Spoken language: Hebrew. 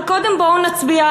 אבל קודם נצביע,